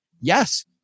Yes